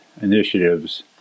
initiatives